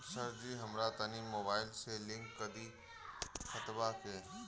सरजी हमरा तनी मोबाइल से लिंक कदी खतबा के